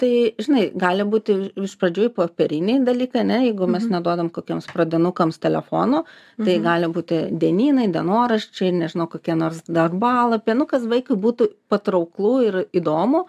tai žinai gali būti iš pradžių į popierinį dalyką ne jeigu mes neduodam kokiems pradinukams telefono tai gali būti dienynai dienoraščiai nežinau kokie nors darbalapiai nu kad vaikui būtų patrauklu ir įdomu